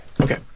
Okay